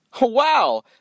Wow